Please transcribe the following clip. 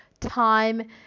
Time